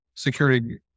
Security